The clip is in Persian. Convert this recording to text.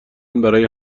برای